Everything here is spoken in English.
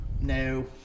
No